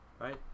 Right